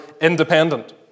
independent